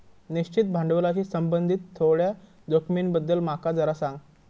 निश्चित भांडवलाशी संबंधित थोड्या जोखमींबद्दल माका जरा सांग